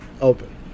open